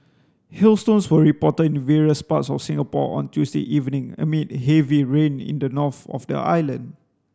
hailstones were reported in various parts of Singapore on Tuesday evening amid heavy rain in the north of the island